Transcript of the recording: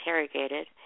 interrogated